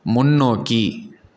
முன்னோக்கி